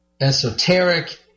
esoteric